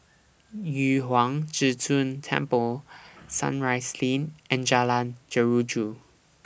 Yu Huang Zhi Zun Temple Sunrise Lane and Jalan Jeruju